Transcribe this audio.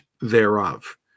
thereof